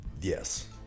Yes